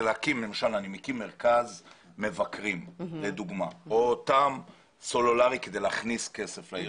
אם אני למשל מקים מרכז מבקרים או אותם סולרי כדי להכניס כסף לעיר.